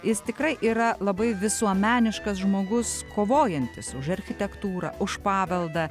jis tikrai yra labai visuomeniškas žmogus kovojantis už architektūrą už paveldą